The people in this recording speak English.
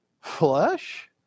Flesh